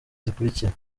zikurikira